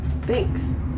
Thanks